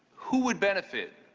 who would benefit